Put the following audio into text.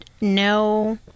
no